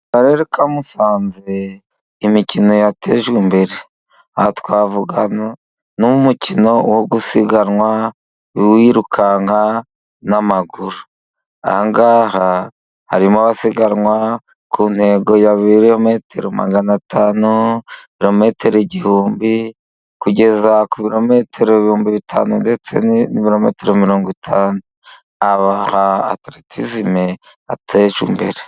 Akarere ka musanze imikino yatejwe imbere, aha twavuga n'umukino wo gusiganwa uwirukanka n'amaguru nangaha harimo abasiganwa ku ntego ya birometero magana atanurometero igihumbi kugeza ku birometero ibihumbi bitanu, mirongo itanu imbere.